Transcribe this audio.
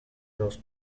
dos